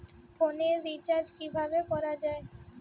ফোনের রিচার্জ কিভাবে করা যায়?